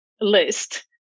list